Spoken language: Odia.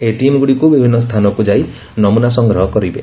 ଏହି ଟିମ ଗୁଡିକୁ ବିଭିନ୍ନ ସ୍ରାନକୁ ଯାଇ ନମୁନା ସଂଗ୍ରହ କରିବେ